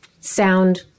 sound